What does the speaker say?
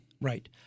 Right